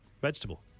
Vegetable